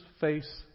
face